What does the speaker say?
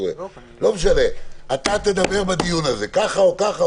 כך או כך, תדבר בדיון הזה.